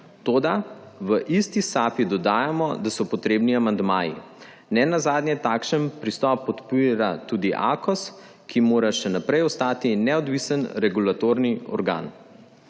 toda v isti sapi dodajamo, da so potrebni amandmaji. Nenazadnje, takšen pristop podpira tudi Akos, ki mora še naprej ostati neodvisen regulatorni organ.